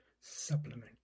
supplement